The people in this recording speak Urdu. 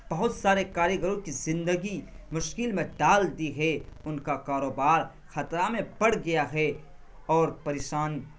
بہت سارے کاریگروں کی زندگی مشکل میں ڈال دی ہے ان کا کاروبار خطرہ میں پڑ گیا ہے اور پریشان